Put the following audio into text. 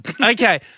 Okay